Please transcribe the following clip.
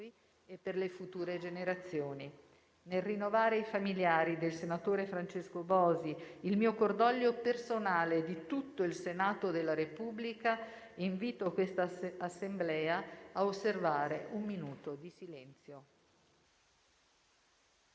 e per le future generazioni. Nel rinnovare ai familiari del senatore Francesco Bosi il cordoglio mio personale e di tutto il Senato della Repubblica, invito quest'Assemblea a osservare un minuto di silenzio.